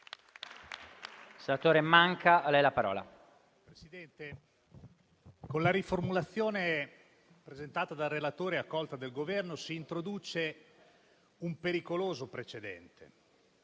Presidente, con la riformulazione presentata dal relatore e accolta del Governo si introduce un pericoloso precedente,